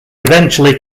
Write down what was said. eventually